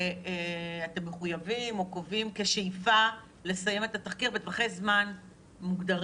שאתם מחויבים או קובעים כשאיפה לסיים את התחקיר בטווחי זמן מוגדרים?